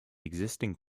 existing